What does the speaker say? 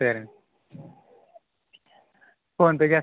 సరే ఫోన్పే చేస్తారా